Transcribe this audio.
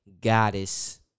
goddess